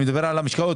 אני מדבר על המשקאות,